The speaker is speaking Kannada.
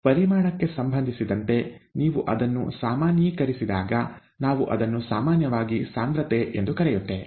ಪರಿಮಾಣಕ್ಕೆ ಸಂಬಂಧಿಸಿದಂತೆ ನೀವು ಅದನ್ನು ಸಾಮಾನ್ಯೀಕರಿಸಿದಾಗ ನಾವು ಅದನ್ನು ಸಾಮಾನ್ಯವಾಗಿ ಸಾಂದ್ರತೆ ಎಂದು ಕರೆಯುತ್ತೇವೆ